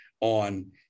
on